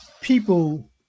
people